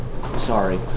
sorry